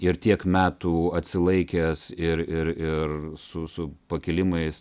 ir tiek metų atsilaikęs ir ir ir su su pakilimais